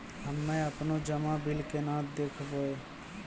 हम्मे आपनौ जमा बिल केना देखबैओ?